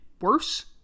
worse